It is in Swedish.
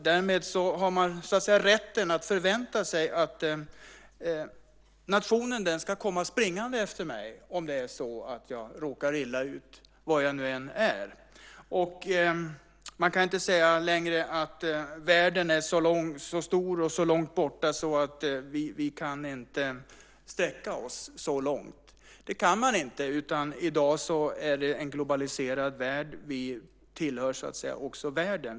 Därmed har jag rätt att förvänta mig att nationen ska komma springande efter mig om jag råkar illa ut - var jag än är. Man kan inte längre säga att världen är så stor och så långt borta att vi inte kan sträcka oss så långt. Det kan man inte säga. Vi har i dag en globaliserad värld. Vi tillhör världen.